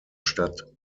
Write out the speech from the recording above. stadt